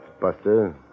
Buster